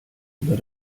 über